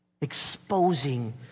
exposing